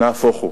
נהפוך הוא.